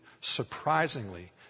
surprisingly